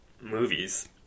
movies